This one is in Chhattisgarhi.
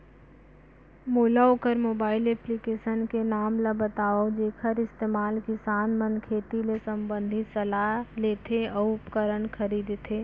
मोला वोकर मोबाईल एप्लीकेशन के नाम ल बतावव जेखर इस्तेमाल किसान मन खेती ले संबंधित सलाह लेथे अऊ उपकरण खरीदथे?